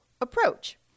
approach